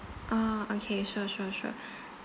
ah okay sure sure sure